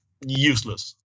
useless